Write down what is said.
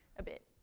a bit.